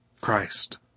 Christ